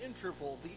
interval